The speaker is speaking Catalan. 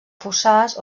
fossars